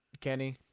Kenny